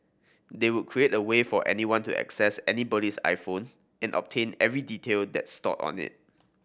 they would create a way for anyone to access anybody's iPhone and obtain every detail that's stored on it